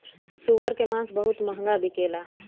सूअर के मांस बहुत महंगा बिकेला